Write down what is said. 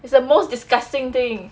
is the most disgusting thing